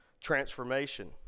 transformation